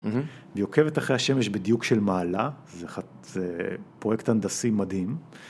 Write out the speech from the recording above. היא עוקבת אחרי השמש בדיוק של מעלה, זה חצ... זה פרויקט הנדסי מדהים.